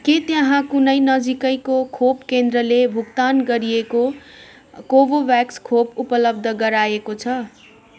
के त्यहाँ कुनै नजिकैको खोप केन्द्रले भुक्तान गरिएको कोवाभ्याक्स खोप उपलब्ध गराएको छ